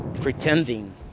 pretending